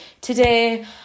today